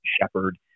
shepherd